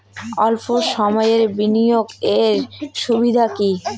অল্প সময়ের বিনিয়োগ এর সুবিধা কি?